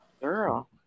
girl